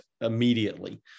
immediately